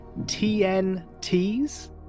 TNTs